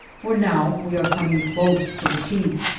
for now we are coming close to the peak.